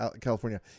California